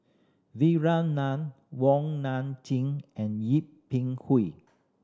Vikram Nair Wong Nai Chin and Yip Pin